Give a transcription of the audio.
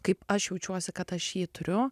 kaip aš jaučiuosi kad aš jį turiu